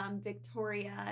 Victoria